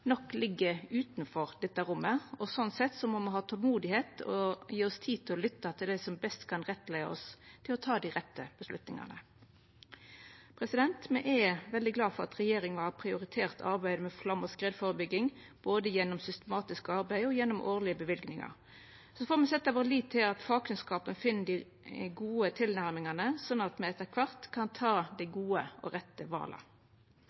nok ligg utanfor dette rommet. Sånn sett må me ha tolmod og ta oss tid til å lytta til dei som best kan rettleia oss til å ta dei rette avgjerdene. Me er veldig glade for at regjeringa har prioritert arbeidet med flaum- og skredførebygging, både gjennom systematisk arbeid og gjennom årlege løyvingar. Så får me setja vår lit til at fagkunnskapen finn dei gode tilnærmingane, sånn at me etter kvart kan ta dei gode og rette vala.